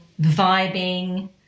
vibing